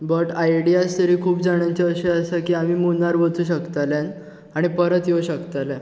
but ideas तरी खूब जाणांच्यो अश्यो आसा की आमी मुनार वचूं शकतलें आनी परत येवंक शकतलें